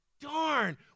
Darn